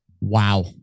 Wow